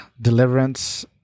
deliverance